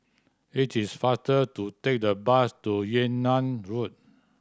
it is faster to take the bus to Yunnan Road